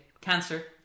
cancer